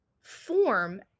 form